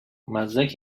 مزدک